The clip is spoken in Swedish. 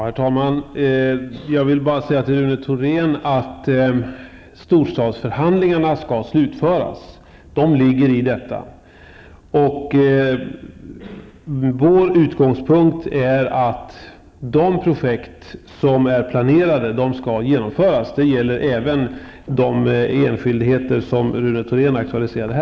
Herr talman! Storstadsförhandlingarna skall slutföras. De ingår i regeringens planering. Regeringens utgångspunkt är att de projekt som är planerade skall genomföras, och det gäller även de enskildheter som Rune Thorén här aktualiserade.